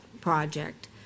Project